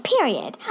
Period